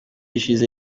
ishize